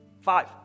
Five